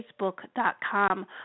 facebook.com